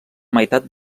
meitat